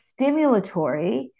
stimulatory